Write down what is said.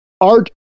art